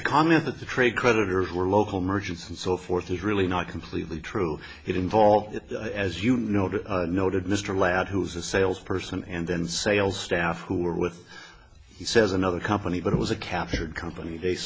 the comment that the trade creditors were local merchants and so forth is really not completely true it involved as you noted noted mr ladd who is a sales person and then sales staff who were with he says another company but it was a captured company they